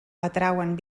atrauen